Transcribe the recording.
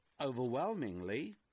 overwhelmingly